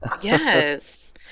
Yes